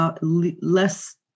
less